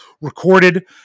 recorded